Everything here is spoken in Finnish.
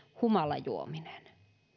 humalajuominen